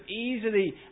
easily